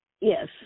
Yes